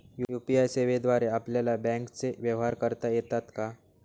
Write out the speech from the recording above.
UPI सेवेद्वारे आपल्याला बँकचे व्यवहार करता येतात का?